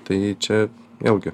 tai čia vėlgi